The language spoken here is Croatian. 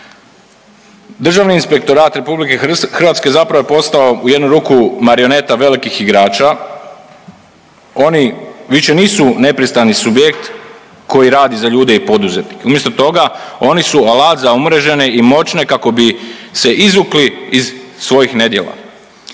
Državni inspektorat Republike Hrvatske zapravo je postao u jednu ruku marioneta velikih igrača. Oni više nisu nepristrani subjekt koji radi za ljude i poduzetnike. Umjesto toga oni su alat za umrežene i moćne kako bi se izvukli iz svojih nedjela.